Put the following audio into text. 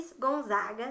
Gonzaga